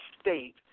state